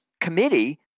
committee